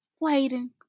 Waiting